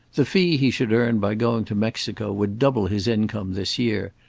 the fee he should earn by going to mexico would double his income this year.